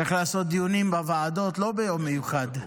צריך לעשות דיונים בוועדות לא ביום מיוחד.